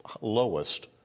lowest